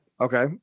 Okay